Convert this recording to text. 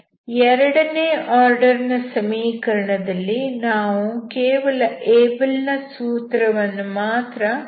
ಎರಡನೇ ಆರ್ಡರ್ ನ ಸಮೀಕರಣದಲ್ಲಿ ನಾವು ಕೇವಲ ಏಬಲ್ ನ ಸೂತ್ರ Abel's formula ವನ್ನು ಮಾತ್ರ ಬಳಸಿದ್ದೇವೆ